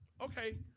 Okay